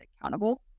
accountable